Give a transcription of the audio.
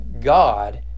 God